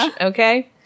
Okay